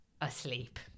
asleep